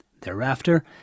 Thereafter